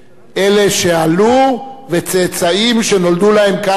אלה שעלו וצאצאים שנולדו להם כאן בארץ,